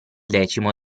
decimo